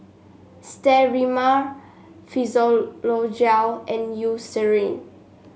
Sterimar Physiogel and Eucerin